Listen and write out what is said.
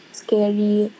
scary